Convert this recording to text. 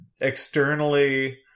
externally